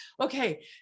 okay